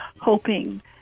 hoping